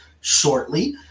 shortly